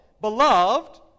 beloved